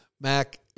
Mac